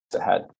ahead